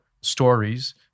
stories